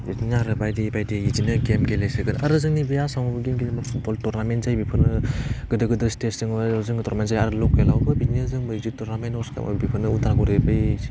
बिदिनो आरो बायदि बायदि बिदिनो गेम गेलेसोगोन आरो जोंनि बे आसामाव गेम गेलेनो फुटबल टरनामेन्ट जायो बेफोरनो गोदोर गोदोर स्टेजजों टरमेन्ट जाया आरो लकेलावबो बिदिनो जोंबायदि टरनामेन्ट खालाामग्रा बेफोरनो उलदागुरि बै